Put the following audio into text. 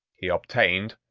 he obtained,